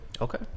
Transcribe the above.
Okay